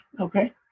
Okay